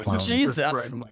Jesus